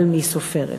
אבל מי סופרת?